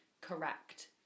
correct